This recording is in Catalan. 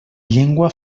llengua